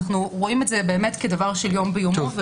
אנו רואים את זה כדבר של יום ביומו.